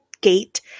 gate